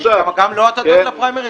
עכשיו גם לו אתה דואג לפריימריז?